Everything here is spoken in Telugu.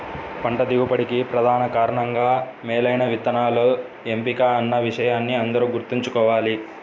పంట దిగుబడికి ప్రధాన కారణంగా మేలైన విత్తనాల ఎంపిక అన్న విషయాన్ని అందరూ గుర్తుంచుకోవాలి